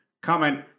comment